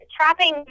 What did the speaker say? trapping